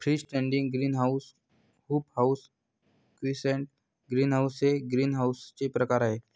free standing greenhouse, hoop house, quonset greenhouse हे ग्रीनहाऊसचे प्रकार आहे